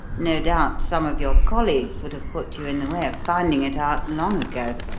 no doubt some of your colleagues would have put you in the way of finding it out long ago.